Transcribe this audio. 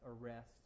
arrest